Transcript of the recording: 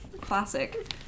classic